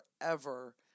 forever